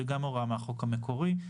זו גם הוראה מהחוק המקורי,